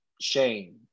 shame